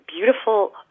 beautiful